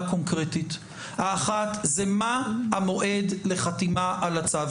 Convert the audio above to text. קונקרטית: האחת מה המועד לחתימה על הצו,